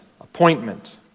appointment